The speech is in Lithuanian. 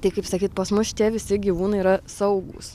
tai kaip sakyt pas mus šitie visi gyvūnai yra saugūs